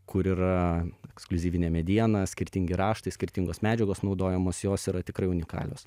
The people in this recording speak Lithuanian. kur yra ekskliuzivinė mediena skirtingi raštai skirtingos medžiagos naudojamos jos yra tikrai unikalios